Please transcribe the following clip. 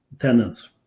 tenants